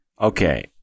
Okay